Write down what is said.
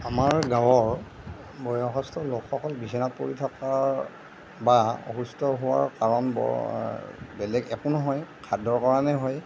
আমাৰ গাঁৱৰ বয়সস্থ লোকসকল বিছনাত পৰি থকাৰ বা অসুস্থ হোৱাৰ কাৰণ বৰ বেলেগ একো নহয় খাদ্যৰ কাৰণেই হয়